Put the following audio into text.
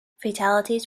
fatalities